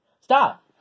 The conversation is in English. Stop